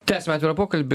tęsiame atvirą pokalbį